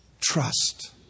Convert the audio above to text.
Trust